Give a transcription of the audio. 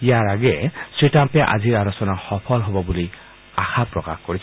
ইয়াৰ আগেয়ে শ্ৰীট্ৰাম্পে আজিৰ আলোচনা সফল হব বুলি আশা প্ৰকাশ কৰিছিল